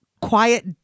quiet